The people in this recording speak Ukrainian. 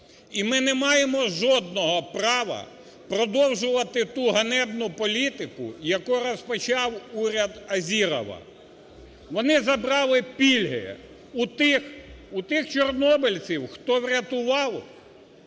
і ми не маємо жодного права продовжувати ту ганебну політику, яку розпочав уряд "Азірова". Вони забрали пільги у тих чорнобильців, хто врятував